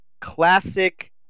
classic